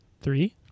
Three